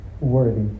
worthy